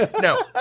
No